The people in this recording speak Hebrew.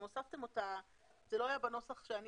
אתם הוספתם אותה אבל זה לא היה בנוסח שאני